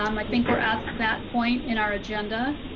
um like think we're at that point in our agenda.